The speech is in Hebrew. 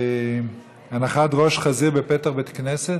של הנחת ראש חזיר בפתח בית כנסת.